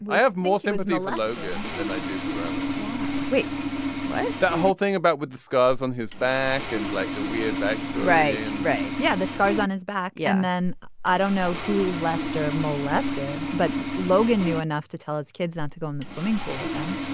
i have more sympathy for logan than i do for roman why wait why. that whole thing about with the scars on his back and like the weird bags right. and right. yeah. the scars on his back. yeah man i don't know who lester molested but logan knew enough to tell his kids not to go in the swimming pool with him.